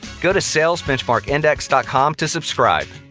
go to salesbenchmarkindex dot com to subscribe.